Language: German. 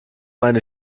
meine